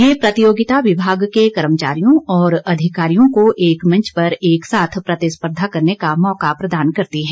ये प्रतियोगिता विभाग के कर्मचारियों और अधिकारियों को एक मंच पर एकसाथ प्रतिस्पर्धा करने का मौका प्रदान करती है